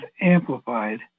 amplified